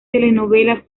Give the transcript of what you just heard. telenovelas